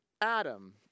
Adam